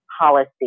policy